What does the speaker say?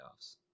playoffs